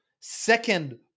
Second